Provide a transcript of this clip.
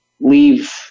leave